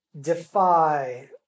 defy